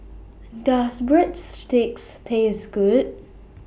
Does Breadsticks Taste Good